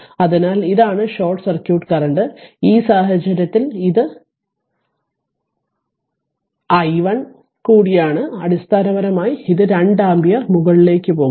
അതിനാൽ ഇതാണ് short circuit current iSC ഈ സാഹചര്യത്തിൽ ഇത് i1 കൂടിയാണ് അടിസ്ഥാനപരമായി ഇത് 2 ആമ്പിയർ മുകളിലേക്ക് പോകുന്നു